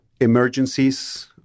emergencies